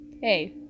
Hey